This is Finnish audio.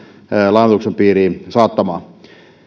lainoituksen piiriin saattamaan